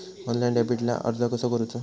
Online डेबिटला अर्ज कसो करूचो?